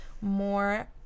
more